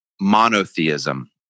monotheism